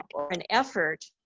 or an effort,